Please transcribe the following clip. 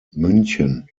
münchen